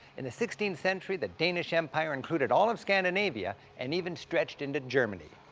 in the sixteenth century, the danish empire included all of scandinavia and even stretched into germany.